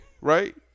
right